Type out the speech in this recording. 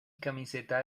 camiseta